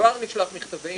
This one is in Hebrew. כבר נשלח מכתבים,